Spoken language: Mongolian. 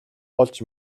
олж